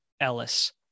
Ellis